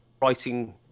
writing